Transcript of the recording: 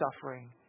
suffering